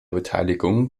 beteiligung